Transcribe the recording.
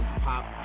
pop